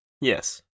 Yes